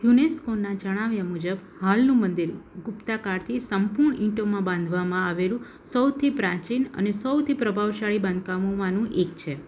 યુનેસ્કોના જણાવ્યા મુજબ હાલનું મંદિર ગુપ્ત કાળથી સંપૂર્ણ ઈંટોમાં બાંધવામાં આવેલું સૌથી પ્રાચીન અને સૌથી પ્રભાવશાળી બાંધકામોમાંનું એક છે